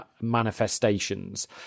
manifestations